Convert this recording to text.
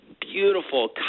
beautiful